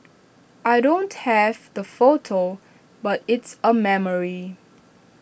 I don't have the photo but it's A memory